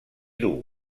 dur